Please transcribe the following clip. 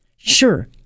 Sure